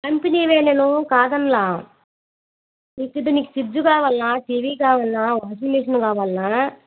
కంపెనీవే నేను కాదనలేదు నీకు ఫ్రిడ్జ్ కావలా టీవీ కావలా వాషింగ్ మిషన్ కావలా